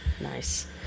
Nice